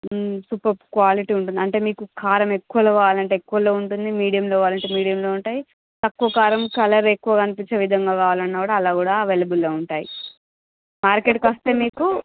superb quality ఉంటుంది అంటే మీకు కారం ఎక్కువలో కావాలంటే ఎక్కువలో ఉంటుంది మీడియంలో కావాలంటే మీడియంలో ఉంటాయి తక్కువ కారం కలర్ ఎక్కువ కనిపిచ్చే విధంగా కావాలన్నా కూడా అలా కూడా అవైలబుల్ లో ఉంటాయి మార్కెట్ కి వస్తే మీకు